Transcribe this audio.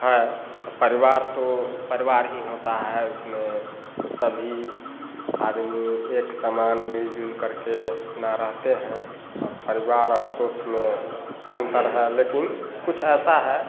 है तो परिवार तो परिवार ही होता है उसमें सभी आदमी एक समान मिल जुल कर के अपना रहते हैं और परिवार और दोस्त में अंतर है लेकिन कुछ ऐसा है